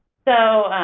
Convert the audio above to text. so,